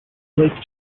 lake